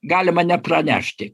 galima nepranešti